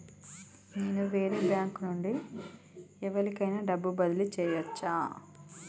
నేను వేరే బ్యాంకు నుండి ఎవలికైనా డబ్బు బదిలీ చేయచ్చా?